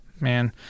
Man